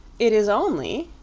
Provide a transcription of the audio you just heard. it is only,